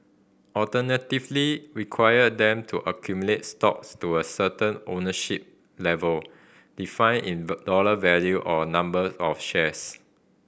alternatively require them to accumulate stock to a certain ownership level defined in the dollar value or number of shares